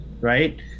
right